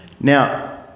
Now